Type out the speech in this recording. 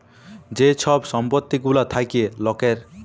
যে ছব সম্পত্তি গুলা থ্যাকে লকের